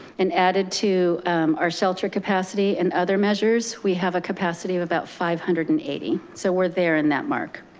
and added to our shelter capacity and other measures, we have a capacity of about five hundred and eighty. so we're there in that mark.